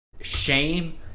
shame